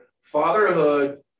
Fatherhood